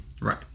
Right